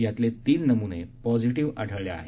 यातले तीन नमुने पॉजिटिव्ह आढळले आहेत